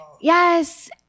Yes